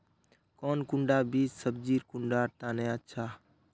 कौन कुंडा बीस सब्जिर कुंडा तने अच्छा?